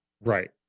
right